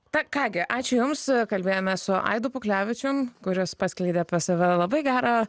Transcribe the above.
ta ką gi ačiū jums kalbėjomės su aidu puklevičium kuris paskleidė apie save labai gerą